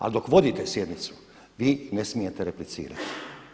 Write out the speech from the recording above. Ali dok vodite sjednicu vi ne smijete replicirati.